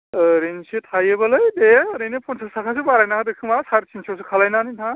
ओरैनोसो थायोबोलै दे ओरैनो फन्चास थाखासो बारायना होदो खोमा साराय थिन्च'सो खालायनानै नोंथाङा